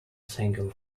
single